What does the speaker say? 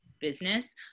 business